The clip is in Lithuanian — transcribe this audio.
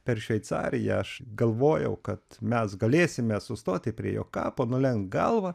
per šveicariją aš galvojau kad mes galėsime sustoti prie jo kapo nulenkt galvą